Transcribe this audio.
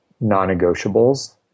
non-negotiables